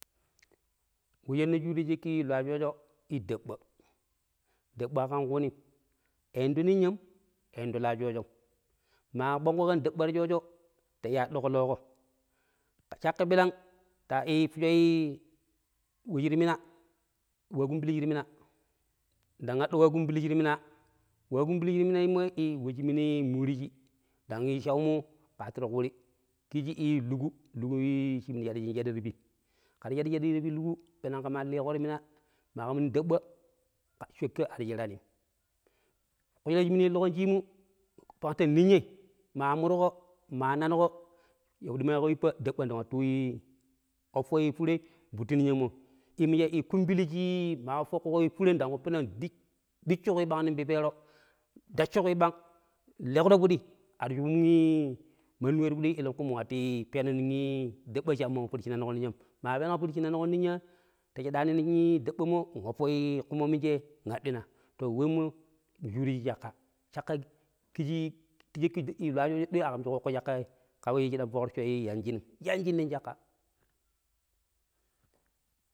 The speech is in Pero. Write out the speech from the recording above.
﻿We shi ne shuuriji ta shaƙƙi lo ya shoojo i, daɓɓa daɓɓa ƙan ƙuunim a inɗo ninyam a indo lo ya shoojom. Ma maa kpongƙo ƙan daɓɓa ta shoojo ta iya aɗɗuƙo looƙo caƙƙa birang ta a i ippuju we shir mina waakumbili shir mina, ndang aɗɗo waakumbili shir mina. Waakumbili shir mimamoi i we shi minu muriji ndang shawumu ƙa watturo ,kuuri ƙiji i luku, luku shi minu shadijin shaɗi ta pi kera shadu shadi ti pituku peneng ke maa luƙo ti mina maa ƙain nong daɓɓa shikko ar sheraanim. Kushira shi minu illiƙon shimu bangta minyai maa murƙo, maa nanƙo yapiɗi maa yiiƙo yiipa daɓɓa ndang wattu oppo furei rifuttu ninyanmo. I immije ƙumbili shi ma oppoƙo fure ndang oppina duch ducco ƙui ɓang nong pipeero ndacco ƙui ɓang, nleƙudo fudi shubun mandi we ti fuɗi eleƙui mu wattu peno nong daɓɓa cha mommo fudi shi nanƙo ninyami, maa penuƙo fudi shi nanƙon ninya ta shadaani nong i daɓɓamo n'oppo ƙumo mije n'aɗɗina. To, wemmo ne shuuriji caƙƙa, caƙƙa kiji ta shakki lo ya shoojo ɗoi aƙam we shi ƙooƙo caƙka ƙa shiɗam foƙrocco, yanjin um, yanjin nong caƙƙa.